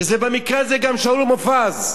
שזה במקרה הזה גם שאול מופז,